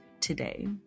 today